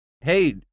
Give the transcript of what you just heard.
Hey